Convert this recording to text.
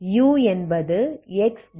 U என்பது x0க்கு மட்டுமே